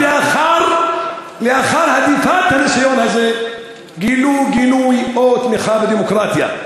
רק לאחר הדיפת הניסיון הזה גילו גינוי או תמיכה בדמוקרטיה.